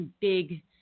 big